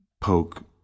poke